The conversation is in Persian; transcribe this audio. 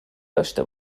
داشته